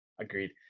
agreed